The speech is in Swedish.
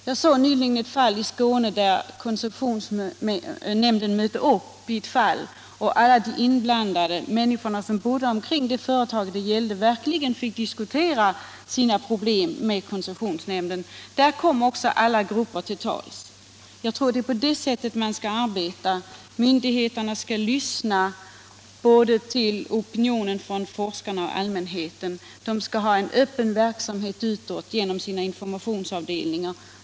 I ett fall i Skåne helt nyligen mötte koncessionsnämnden upp, och alla inblandade - människorna som bodde omkring det företag det gällde —- fick verkligen diskutera sina problem med koncessionsnämnden. Där kom alla grupper till tals. Jag tror att det är på det sättet vi skall arbeta. Myndigheterna skall lyssna till opinionen både bland forskarna och bland allmänheten, de skall ha en öppen verksamhet utåt genom sina informationsavdelningar.